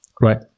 Right